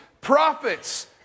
prophets